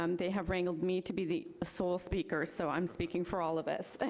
um they have wrangled me to be the ah sole speaker, so i'm speaking for all of us.